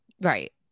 Right